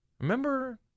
Remember